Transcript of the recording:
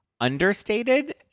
understated